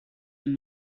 een